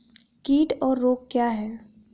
कीट और रोग क्या हैं?